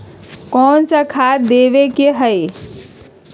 कोन सा खाद देवे के हई?